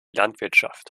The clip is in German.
landwirtschaft